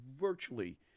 virtually